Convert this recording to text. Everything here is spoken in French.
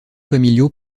familiaux